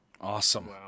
awesome